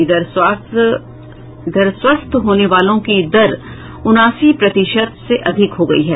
इधर स्वस्थ होने वालों की दर उनासी प्रतिशत से अधिक हो गयी है